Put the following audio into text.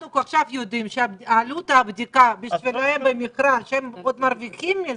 אנחנו יודעים עכשיו שעלות הבדיקה בשבילם במכרז שהם עוד מרוויחים מזה,